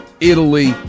Italy